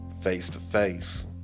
face-to-face